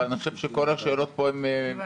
אבל אני חושב שכל השאלות פה הן משולבות.